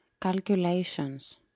Calculations